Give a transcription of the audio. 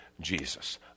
Jesus